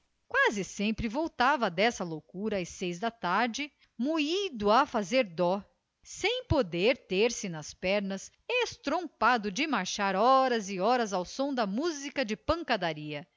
quase sempre voltava dessa loucura às seis da tarde moído a fazer dó sem poder ter-se nas pernas estrompado de marchar horas e horas ao som da música de pancadaria